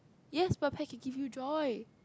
yes but pet can give you joy